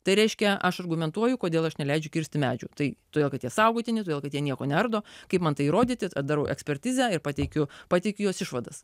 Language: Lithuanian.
tai reiškia aš argumentuoju kodėl aš neleidžiu kirsti medžių tai todėl kad jie saugotini todėl kad jie nieko neardo kaip man tai įrodyti tą darau ekspertizę ir pateikiu pateikti jos išvadas